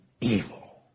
evil